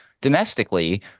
domestically